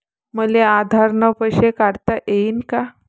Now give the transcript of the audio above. मले आधार न पैसे काढता येईन का?